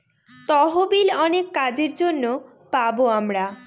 তহবিল অনেক কাজের জন্য পাবো আমরা